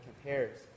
compares